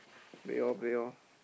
play loh play loh